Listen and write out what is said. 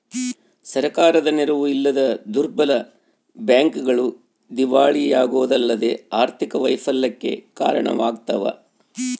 ಸರ್ಕಾರದ ನೆರವು ಇಲ್ಲದ ದುರ್ಬಲ ಬ್ಯಾಂಕ್ಗಳು ದಿವಾಳಿಯಾಗೋದಲ್ಲದೆ ಆರ್ಥಿಕ ವೈಫಲ್ಯಕ್ಕೆ ಕಾರಣವಾಗ್ತವ